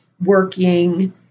working